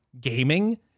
gaming